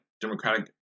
Democratic